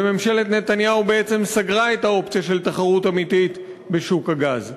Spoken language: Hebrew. וממשלת נתניהו בעצם סגרה את האופציה של תחרות אמיתית בשוק הגז.